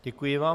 Děkuji vám.